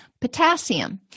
Potassium